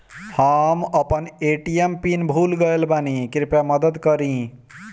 हम अपन ATM PIN भूल गएल बानी, कृपया मदद करीं